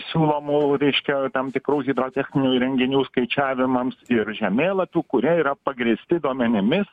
siūlomų reiškia tam tikrų hidrotechninių įrenginių skaičiavimams ir žemėlapių kurie yra pagrįsti duomenimis